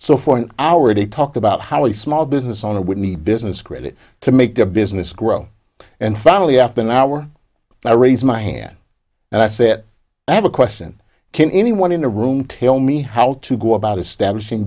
so for an hour he talked about how the small business owner with me business credit to make the business grow and finally after an hour i raise my hand and i said i have a question can anyone in the room tell me how to go about establishing